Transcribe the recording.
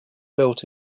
built